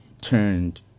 turned